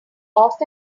off